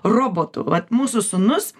robotų vat mūsų sūnus